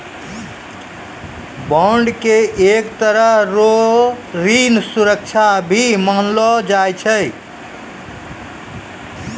bond के एक तरह रो ऋण सुरक्षा भी मानलो जाय छै